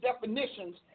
definitions